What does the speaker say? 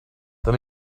then